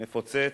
מפוצץ.